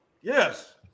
Yes